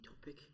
topic